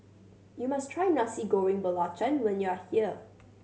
you must try Nasi Goreng Belacan when you are here